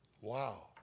Wow